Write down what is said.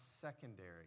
secondary